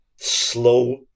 slow